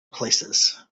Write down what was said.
places